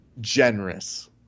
Generous